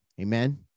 Amen